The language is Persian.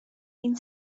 این